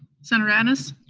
senator ennis?